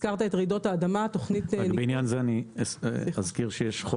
שר החקלאות ופיתוח הכפר עודד פורר: בעניין זה אזכיר חוק